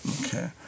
Okay